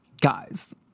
Guys